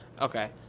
Okay